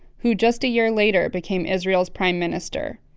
who just a year later became israel's prime minister.